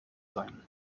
sein